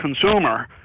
consumer